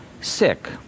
sick